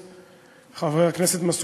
חבר הכנסת הורוביץ,